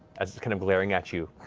as it's kind of glaring at you,